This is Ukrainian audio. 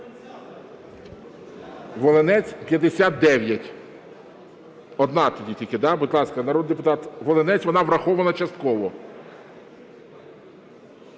Волинець – 59. Одна тоді тільки? Будь ласка, народний депутат Волинець. Вона врахована частково.